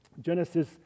Genesis